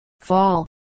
fall